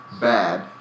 bad